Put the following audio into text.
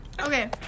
Okay